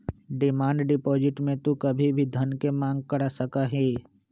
demand deposit में तू कभी भी धन के मांग कर सका हीं